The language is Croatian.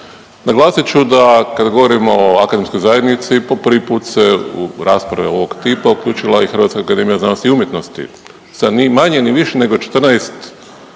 Naglasit ću da kad govorimo o akademskoj zajednici po prvi put se u raspravu ovog tipa uključila i Hrvatska akademija znanosti i umjetnosti sa ni manje, ni više nego 14